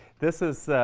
this is